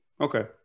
Okay